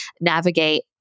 navigate